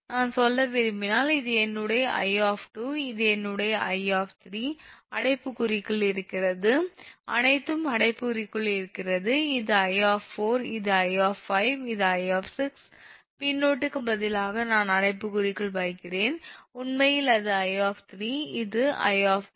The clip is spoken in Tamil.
நான் சொல்ல விரும்பினால் இது என்னுடைய 𝑖 இது என்னுடைய 𝑖 அடைப்புக்குறிக்குள் இருக்கிறது அனைத்தும் அடைப்புக்குறிக்குள் இருக்கிறது இது 𝑖 இது 𝑖 இது 𝑖 பின்னொட்டுக்கு பதிலாக நான் அடைப்புக்குறிக்குள் வைக்கிறேன் உண்மையில் அது 𝑖 இது 𝑖